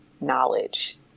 knowledge